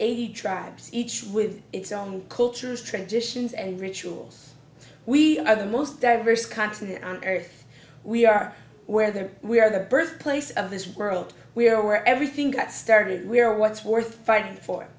eighty tribes each with its own cultures traditions and rituals we are the most diverse continent on earth we are where there we are the birthplace of this world we are everything got started we are what's worth fighting for